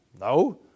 No